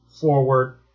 forward